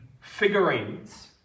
figurines